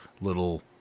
little